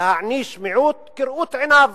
להעניש מיעוט כראות עיניו